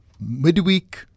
midweek